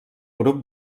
grup